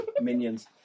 minions